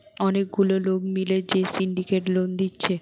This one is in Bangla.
অনেক গুলা লোক মিলে যে সিন্ডিকেট লোন দিচ্ছে